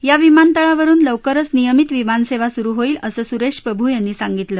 या विमानतळावरून लवकरच नियमित विमानसेवा सुरू होईल असं सुरेश प्रभू यांनी सांगितलं